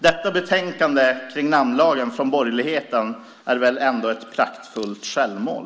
Detta betänkande kring namnlagen från borgerligheten är väl ändå ett praktfullt självmål.